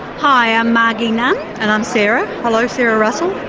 hi, i'm margie nunn. and i'm sarah. hello, sarah russell.